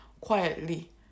quietly